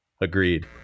Agreed